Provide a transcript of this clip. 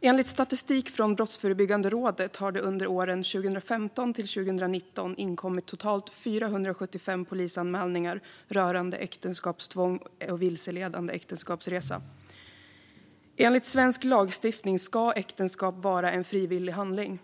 Enligt statistik från Brottsförebyggande rådet har det under åren 2015-2019 inkommit totalt 475 polisanmälningar rörande äktenskapstvång och vilseledande äktenskapsresa. Enligt svensk lagstiftning ska äktenskap vara en frivillig handling.